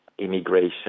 immigration